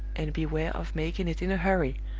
and beware of making it in a hurry.